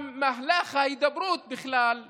גם מהלך ההידברות בכלל ייפגע.